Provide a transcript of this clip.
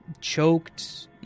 choked